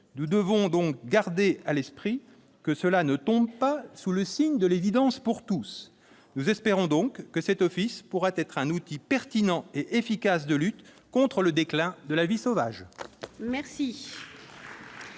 Nous devons donc garder à l'esprit que cela ne tombe pas sous le signe de l'évidence pour tous. Nous espérons que cet office pourra être un outil pertinent et efficace de lutte contre le déclin de la vie sauvage. La